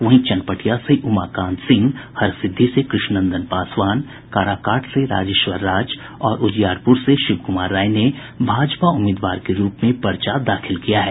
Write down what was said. वहीं चनपटिया से उमाकांत सिंह हरसिद्धी से कृष्णनंदन पासवान काराकाट से राजेश्वर राज और उजियारपुर से शिव कुमार राय ने भाजपा उम्मीदवार के रूप में पर्चा दाखिल किया है